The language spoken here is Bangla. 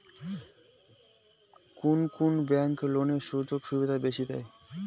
কুন কুন ব্যাংক লোনের সুযোগ সুবিধা বেশি দেয়?